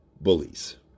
bullies